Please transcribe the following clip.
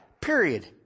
Period